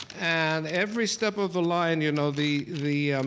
and every step of the line, you know the the